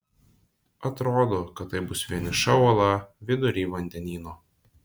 atrodo kad tai bus vieniša uola vidury vandenyno